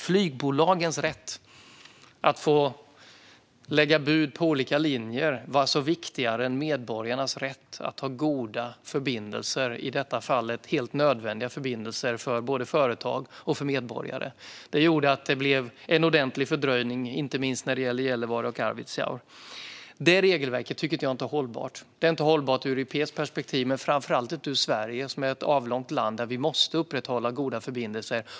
Flygbolagens rätt att få lägga bud på olika linjer var alltså viktigare än medborgarnas rätt till goda förbindelser, i detta fall helt nödvändiga förbindelser, för både företag och medborgare. Det gjorde att det blev en ordentlig fördröjning, inte minst när det gällde Gällivare och Arvidsjaur. Jag tycker inte att det regelverket är hållbart. Det är inte hållbart ur ett europeiskt perspektiv, men framför allt är det inte hållbart ur ett svenskt perspektiv. Sverige är ett avlångt land, där vi måste upprätthålla goda förbindelser.